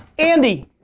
andy!